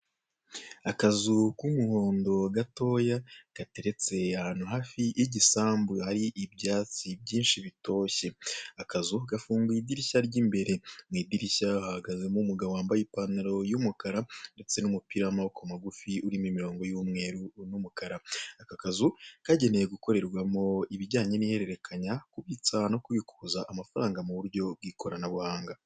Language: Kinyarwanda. Akazu k'umuhondo gatoya gateretse ahantu hafi y'igisambu hari ibyatsi byinshi bitoshye, akazu gafunguye idirishya ry'imbere mu idirishya hahagazemo umugabo wambaye ipantaro y'umukara ndetse n'umupira w'amaboko magufi urimo imirongo y'umweru ndetse n'umukara, aka kazu kagenewe gukorerwamo ibijyanye n'ihererekenya, kubitsa no kubikuza amafaranga mu buryo bw'ikoranabuhanga.